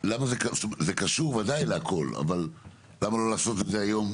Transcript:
זה בוודאי קשור, למה לא לעשות את זה היום?